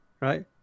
right